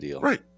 right